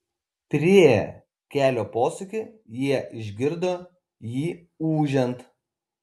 priėję kelio posūkį jie išgirdo jį ūžiant